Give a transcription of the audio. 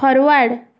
forward